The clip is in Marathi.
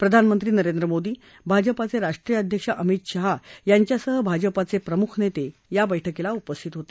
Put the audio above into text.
प्रधानमंत्री नरेंद्र मोदी भाजपाचे राष्ट्रीय अध्यक्ष अमित शहा यांच्यासह भाजपाचे प्रमुख नेते या बैठकीतला उपस्थित होते